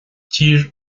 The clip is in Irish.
tír